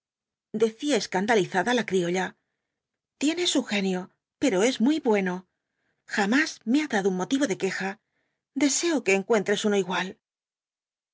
decía escandalizada la criolla tiene su genio pero es muy bueno jamás me ha dado un motivo de queja deseo que encuentres uno igual